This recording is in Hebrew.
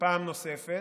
פעם נוספת,